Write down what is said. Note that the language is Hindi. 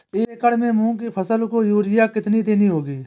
दस एकड़ में मूंग की फसल को यूरिया कितनी देनी होगी?